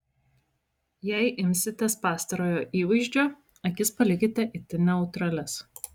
jei imsitės pastarojo įvaizdžio akis palikite itin neutralias